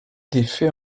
d’effet